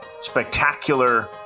spectacular